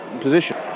position